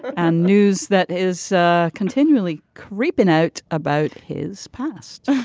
and news that is ah continually creeping out about his past